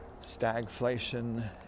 stagflation